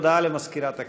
הודעה למזכירת הכנסת.